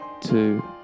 two